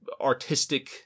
artistic